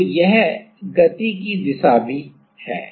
तो यह गति की दिशा भी है